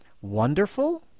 wonderful